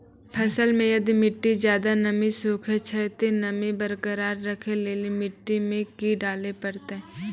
फसल मे यदि मिट्टी ज्यादा नमी सोखे छै ते नमी बरकरार रखे लेली मिट्टी मे की डाले परतै?